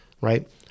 right